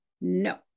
No